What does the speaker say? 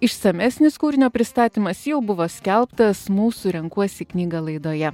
išsamesnis kūrinio pristatymas jau buvo skelbtas mūsų renkuosi knygą laidoje